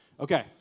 Okay